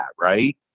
right